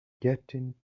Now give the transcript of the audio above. getting